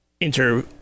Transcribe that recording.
inter